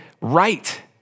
right